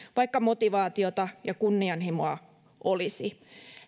vaikka motivaatiota ja kunnianhimoa olisi